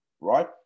right